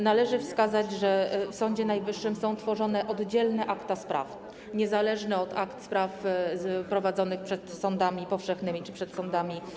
Należy wskazać, że w Sądzie Najwyższym są tworzone oddzielne akta spraw, niezależne od akt spraw prowadzonych przed sądami powszechnymi czy przed sądami wojskowymi.